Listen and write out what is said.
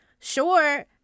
sure